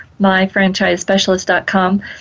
myfranchisespecialist.com